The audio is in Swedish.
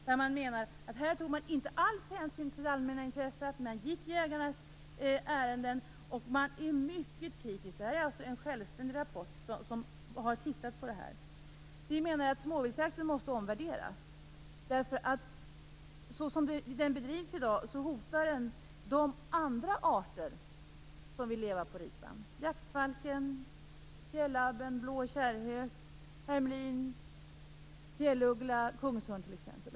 Där framhålls att man inte alls tog hänsyn till det allmänna intresset, att man gick jägarnas ärenden. Rapporten är mycket kritisk. Det är alltså självständig rapport. Vi menar att småviltsjakten måste omvärderas. Så som den bedrivs i dag hotar den de andra arter som vill leva på ripa - jaktfalk, fjällabb, blå kärrhök, hermelin, fjälluggla, kungsörn t.ex.